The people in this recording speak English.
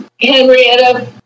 Henrietta